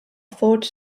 forged